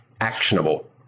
actionable